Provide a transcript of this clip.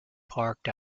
parked